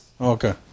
Okay